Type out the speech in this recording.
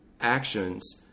actions